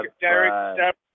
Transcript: Derek